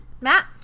matt